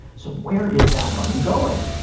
so where is that money going?